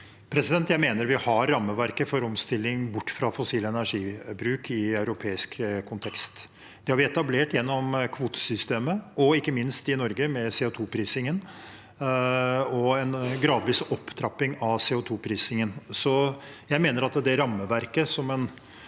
Jeg mener vi har rammeverket for omstilling bort fra fossil energibruk i europeisk kontekst. Det har vi etablert gjennom kvote systemet, og ikke minst i Norge med CO2-prisingen, en gradvis opptrapping av den. Jeg mener at det rammeverket som en